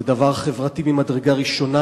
זה דבר חברתי ממדרגה ראשונה,